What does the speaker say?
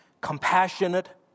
compassionate